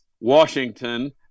Washington